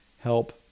help